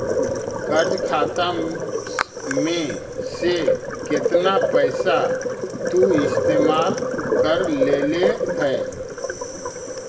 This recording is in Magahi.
कर्ज खाता में से केतना पैसा तु इस्तेमाल कर लेले हे